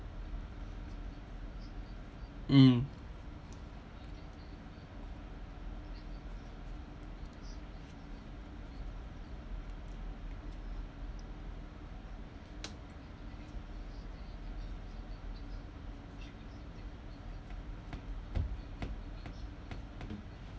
mm